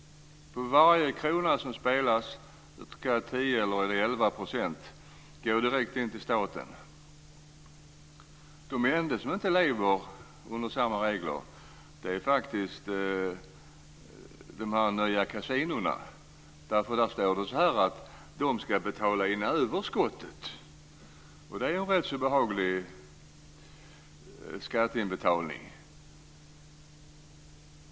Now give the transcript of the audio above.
För varje krona som spelas ska 10 eller 11 % gå direkt till staten. De enda som inte lever under samma regler är de nya kasinona. Det står att de ska betala in överskottet. Det är en rätt så behaglig skatteinbetalning.